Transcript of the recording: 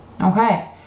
okay